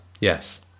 Yes